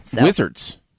Wizards